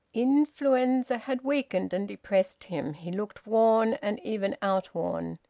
influenza had weakened and depressed him he looked worn, and even outworn.